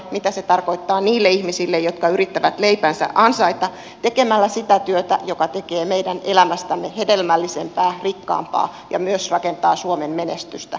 mitä se tarkoittaa niille ihmisille jotka yrittävät leipänsä ansaita tekemällä sitä työtä joka tekee meidän elämästämme hedelmällisempää rikkaampaa ja myös rakentaa suomen menestystä